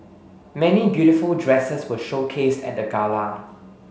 many beautiful dresses were showcased at the gala